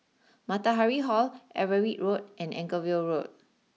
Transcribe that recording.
Matahari Hall Everitt Road and Anchorvale Road